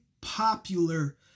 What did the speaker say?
popular